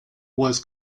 was